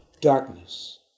darkness